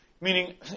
Meaning